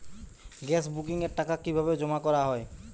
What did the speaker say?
Gas বুকিংয়ের টাকা কিভাবে জমা করা হয়?